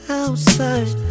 outside